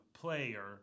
player